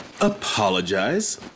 apologize